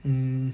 mm